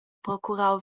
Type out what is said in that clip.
procurau